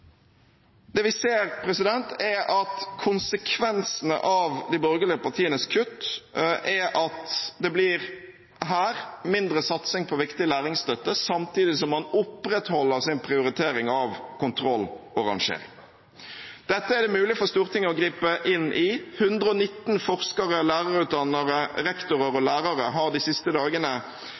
Det vi ser, er at konsekvensene av de borgerlige partienes kutt er at det her blir mindre satsing på viktig læringsstøtte, samtidig som man opprettholder sin prioritering av kontroll og rangering. Dette er det mulig for Stortinget å gripe inn i. 119 forskere, lærerutdannere, rektorer og lærere har de siste dagene